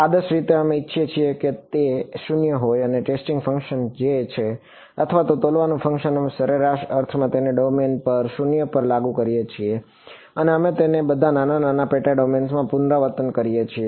આદર્શરીતે અમે ઇચ્છીએ છીએ કે તે 0 હોય અને ટેસ્ટિંગ ફંક્શન જે છે અથવા તોલવાનું ફંકશન અમે સરેરાશ અર્થમાં તેને ડોમેન પર 0 પર લાગુ કરીએ છીએ અને અમે તેને બધા નાના નાના પેટા ડોમેન્સ પર પુનરાવર્તન કરીએ છીએ